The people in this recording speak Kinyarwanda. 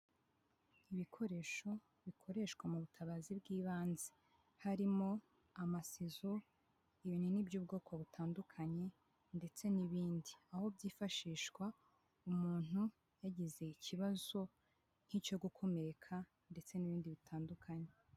Ibikoresho bikoreshwa mu butabazi bw'ibanze, harimo amasizo, ibinini by'ubwoko butandukanye ndetse n'ibindi, aho byifashishwa umuntu yagize ikibazo nk'icyo gukomereka ndetse n'ibindi bitandukanye.